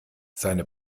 seine